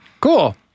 Cool